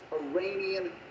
Iranian